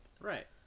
Right